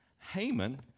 Haman